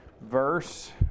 verse